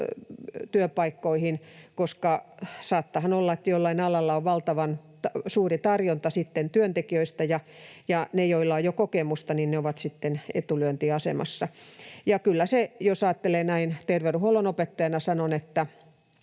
työpaikkoihin, koska saattaahan olla, että jollain alalla on valtavan suuri tarjonta sitten työntekijöistä, ja ne, joilla on jo kokemusta, ovat sitten etulyöntiasemassa. Ja kyllä näin terveydenhuollon opettajana sanon, että